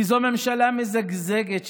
כי זאת ממשלה מזגזגת,